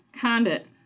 Condit